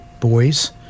boys